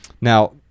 Now